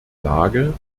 lage